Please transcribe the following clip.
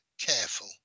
careful